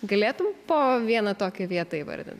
galėtum po vieną tokią vietą įvardint